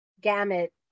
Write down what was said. gamut